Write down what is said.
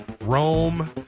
Rome